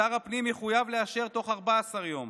שר הפנים יחויב לאשר בתוך 14 יום,